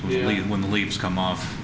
really when the leaves come off